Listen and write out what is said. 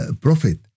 prophet